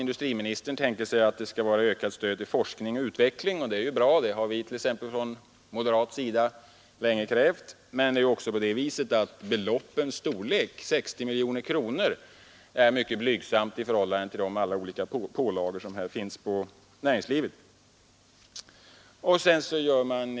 Industriministern tänker sig också ett ökat stöd till forskning och utveckling, vilket är bra. Från moderat sida har vi länge krävt detta. Men beloppet 60 miljoner kronor är mycket blygsamt i förhållande till alla de olika pålagor som lagts på näringslivet.